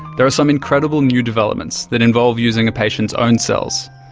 there are some incredible new developments that involve using a patient's own cells.